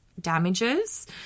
damages